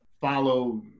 follow